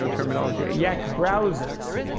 ah terminology. a yak browses,